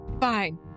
fine